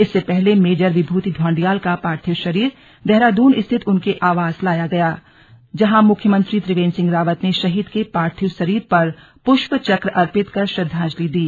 इससे पहले मेजर विभूति ढौंडियाल का पार्थिव शरीर देहरादून स्थित उनके आवास लाया गया जहां मुख्यमंत्री त्रिवेन्द्र सिंह रावत ने शहीद के पार्थिव शरीर पर पृष्पचक्र अर्पित कर श्रद्वांजलि दी